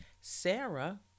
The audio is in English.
Sarah